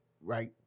right